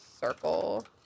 circle